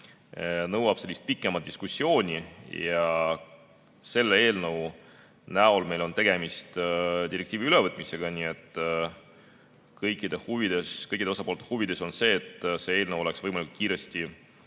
nõuab pikemat diskussiooni. Selle eelnõu näol on meil tegemist direktiivi ülevõtmisega, nii et kõikide osapoolte huvides on see, et see eelnõu saaks võimalikult kiiresti